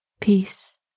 peace